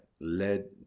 led